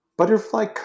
Butterfly